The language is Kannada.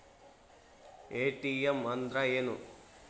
ಎ.ಟಿ.ಎಂ ಅಂದ್ರ ಏನು?